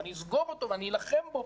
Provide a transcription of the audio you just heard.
אני אסגור אותו ואני אלחם בו".